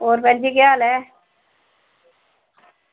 होर भैन जी केह् हाल ऐ